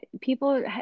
people